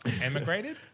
emigrated